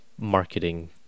marketing